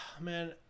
man